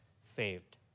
saved